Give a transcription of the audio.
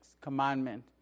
commandment